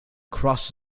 cross